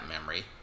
memory